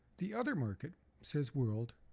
the other market says world,